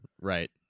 right